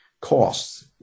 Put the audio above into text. costs